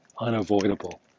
unavoidable